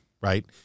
right